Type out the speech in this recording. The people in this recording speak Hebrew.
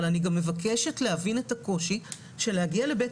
אבל אני מבקשת להבין את הקושי של להגיע לבית